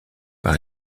par